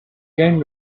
gagne